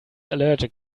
allergic